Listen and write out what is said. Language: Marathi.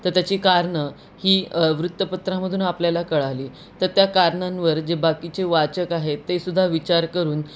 तर त्याची कारणं ही वृत्तपत्रामधून आपल्याला कळली तर त्या कारणांवर जे बाकीचे वाचक आहेत ते सुद्धा विचार करून